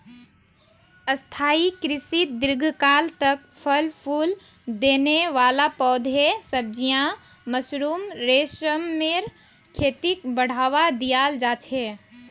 स्थाई कृषित दीर्घकाल तक फल फूल देने वाला पौधे, सब्जियां, मशरूम, रेशमेर खेतीक बढ़ावा दियाल जा छे